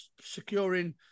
securing